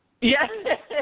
Yes